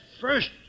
first